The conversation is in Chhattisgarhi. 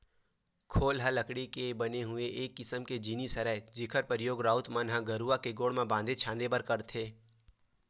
खोल ह लकड़ी के बने हुए एक किसम के जिनिस हरय जेखर परियोग राउत मन ह गरूवा के गोड़ म बांधे छांदे बर करथे